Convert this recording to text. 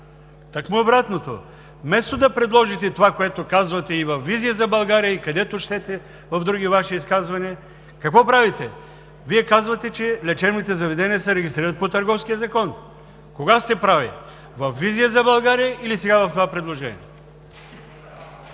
Тъкмо обратното – вместо да предложите това, което казвате и във „Визия за България“, и където щете в други Ваши изказвания, какво правите – казвате, че лечебните заведения се регистрират по Търговския закон. Кога сте прави? Във „Визия за България“ или сега в това предложение?